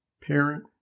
parent